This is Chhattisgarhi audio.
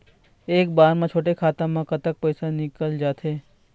एक बार म छोटे खाता म कतक पैसा निकल जाथे?